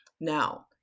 Now